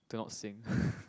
do not sing